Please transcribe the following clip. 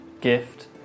gift